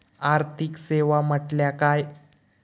आर्थिक सेवा म्हटल्या काय?